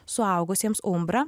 suaugusiems umbra